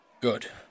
Good